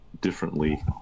differently